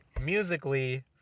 Musically